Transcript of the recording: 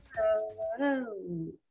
Hello